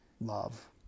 love